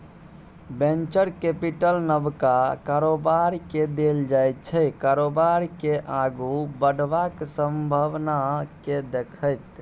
venture capital नबका कारोबारकेँ देल जाइ छै कारोबार केँ आगु बढ़बाक संभाबना केँ देखैत